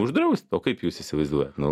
uždraust o kaip jūs įsivaizduoja nu